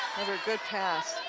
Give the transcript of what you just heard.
another good pass